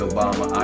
Obama